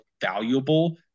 valuable